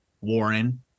Warren